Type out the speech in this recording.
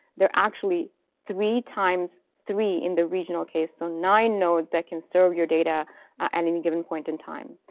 there are actually three times three in the regional case, so nine nodes, that can serve your data at and any given point in time.